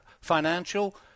financial